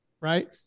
right